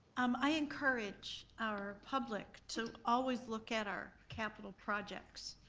um i encourage our public to always look at our capital projects.